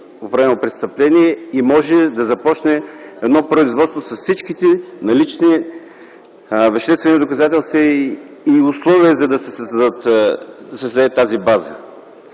определено престъпление и може да започне едно производство с всичките налични веществени доказателства и условия да се създаде тази база.